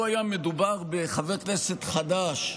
לו היה מדובר בחבר כנסת חדש,